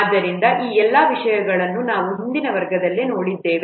ಆದ್ದರಿಂದ ಈ ಎಲ್ಲಾ ವಿಷಯಗಳನ್ನು ನಾವು ಹಿಂದಿನ ವರ್ಗದಲ್ಲಿ ನೋಡಿದ್ದೇವೆ